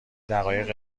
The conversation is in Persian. دقایق